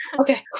Okay